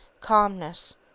calmness